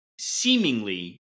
seemingly